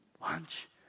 lunch